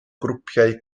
grwpiau